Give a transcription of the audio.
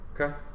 Okay